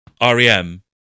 REM